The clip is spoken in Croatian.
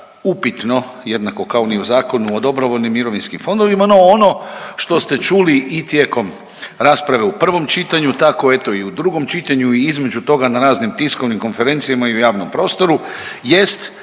upitno jednako kao ni u Zakonu o dobrovoljnim mirovinskim fondovima. No, ono što ste čuli i tijekom rasprave u prvom čitanju, tako eto i u drugom čitanju i između toga na raznim tiskovnim konferencijama i u javnom prostoru